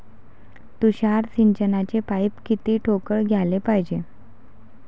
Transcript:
तुषार सिंचनाचे पाइप किती ठोकळ घ्याले पायजे?